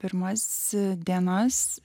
pirmas dienas